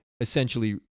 essentially